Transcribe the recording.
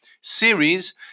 series